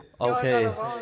Okay